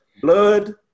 Blood